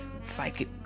psychic